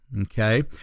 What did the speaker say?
okay